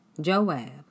Joab